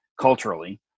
culturally